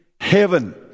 heaven